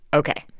ok.